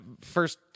first